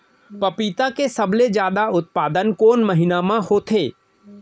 पपीता के सबले जादा उत्पादन कोन महीना में होथे?